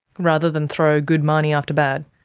rather than throw good money after bad?